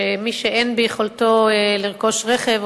שמי שאין ביכולתו לרכוש רכב,